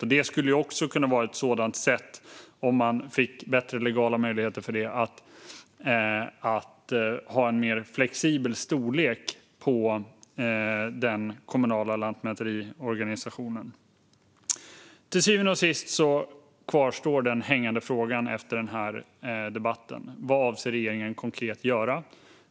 Om man fick bättre legala möjligheter för detta skulle det kunna vara ett sätt att ha en mer flexibel storlek på den kommunala lantmäteriorganisationen. Till syvende och sist kvarstår frågan efter den här debatten: Vad avser regeringen att konkret göra?